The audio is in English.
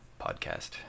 podcast